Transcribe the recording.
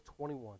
21